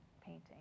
painting